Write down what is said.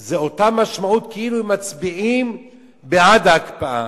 יש אותה משמעות כאילו הם מצביעים בעד ההקפאה.